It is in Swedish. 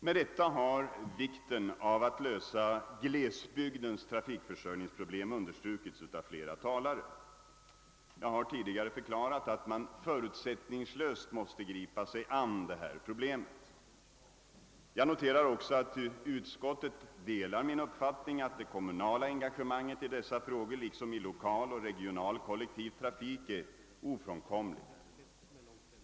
Med rätta har vikten av att lösa glesbygdens trafikförsörjningsproblem understrukits av flera talare. Jag har tidigare förklarat att man förutsättningslöst måste gripa sig an detta problem. Jag noterar också att utskottet delar min uppfattning att det kommunala engagemanget i dessa frågor liksom i lokal och regional kollektiv trafik är ofrånkomligt.